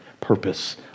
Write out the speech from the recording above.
purpose